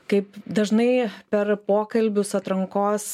kaip dažnai per pokalbius atrankos